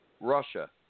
Russia